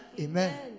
Amen